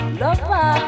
lover